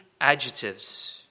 adjectives